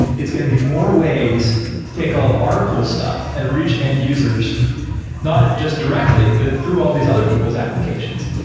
it's going to be more ways to take all of our cool stuff and reach end-users not just directly, but through all these other people's applications.